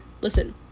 listen